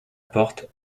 porte